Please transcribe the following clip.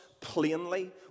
plainly